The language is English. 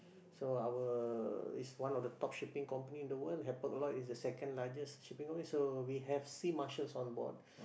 so our is one of the top shipping company in the world Hapag-Lloyd is the second largest shipping company so we have sea marshals on board